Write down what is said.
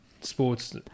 sports